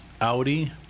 Audi